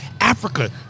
Africa